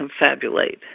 confabulate